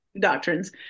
doctrines